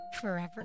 forever